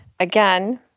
again